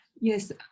Yes